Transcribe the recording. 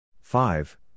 Five